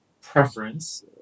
preference